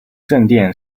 圣殿